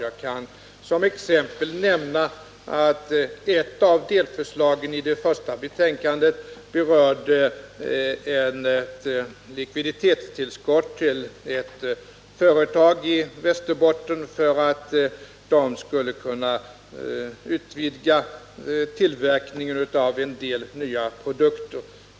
Jag kan som exempel nämna att ett av delförslagen i det första betänkandet berörde ett likviditetstillskott till ett företag i Västerbotten för att detta skulle kunna utvidga tillverkningen av en del nya produkter.